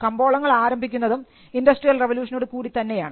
കമ്പോളങ്ങൾ ആരംഭിക്കുന്നതും ഇൻഡസ്ട്രിയൽ റവല്യൂഷനോടുകൂടി തന്നെയാണ്